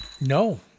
No